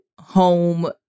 home